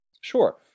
Sure